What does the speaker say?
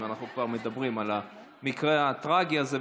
אם אנחנו כבר מדברים על המקרה הטרגי הזה,